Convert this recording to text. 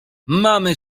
mamy